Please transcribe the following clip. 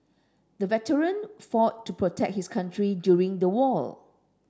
the veteran fought to protect his country during the war